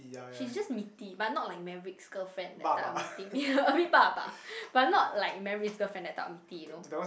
she's just meaty but not like Meverick's girlfriend that type of meaty you know a bit buff ah but not like Meverick's girlfriend that type of meaty you know